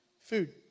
Food